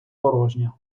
порожня